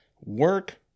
Work